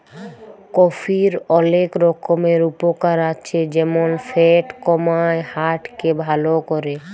কফির অলেক রকমের উপকার আছে যেমল ফ্যাট কমায়, হার্ট কে ভাল ক্যরে